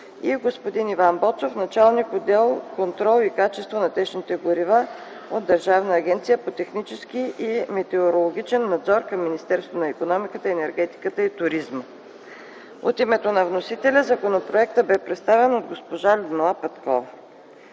и господин Иван Боцов – началник отдел „Контрол на качеството на течните горива” от Държавна агенция по технически и метеорологичен надзор към Министерство на икономиката, енергетиката и туризма. От името на вносителя законопроектът бе представен от госпожа Людмила Петкова.